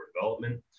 Development